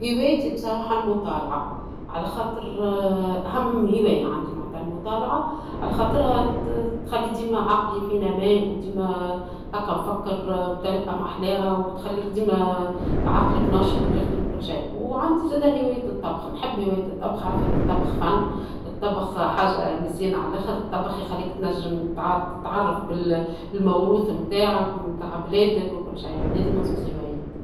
هوايتي بصراحة المطالعة ، على خاطر أهم هواية عندي معناتها المطالعة ، على خاطرها تخلي عقلي ديما في نماء ، وديما هكا نفكر بطريقة ديما محلاها ، وتخليك ديما عقلك ناشط ويخدم وكل شيء ، وعندي زادة هواية الطبخ ، نحب هواية الطبخ على خاطر الطبخ فن ، الطبخ حاجة مزيانة علخر ، الطبخ يخليك تنجم تعرف بالموروث نتاعك ونتاع بلادك ، هذوما زوج هوايات.